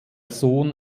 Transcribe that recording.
sohn